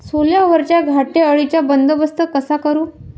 सोल्यावरच्या घाटे अळीचा बंदोबस्त कसा करू?